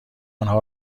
آنها